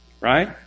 right